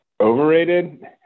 Overrated